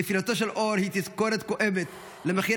נפילתו של אור היא תזכורת כואבת למחיר